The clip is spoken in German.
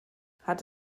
hat